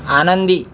आनंदी